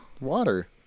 water